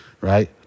right